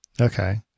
Okay